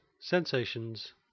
Sensations